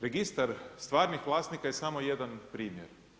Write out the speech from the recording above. Registra stvarnih vlasnika je samo jedan primjer.